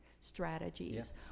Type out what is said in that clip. strategies